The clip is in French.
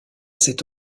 cet